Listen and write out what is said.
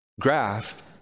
graph